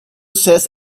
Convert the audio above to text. says